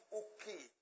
okay